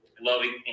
loving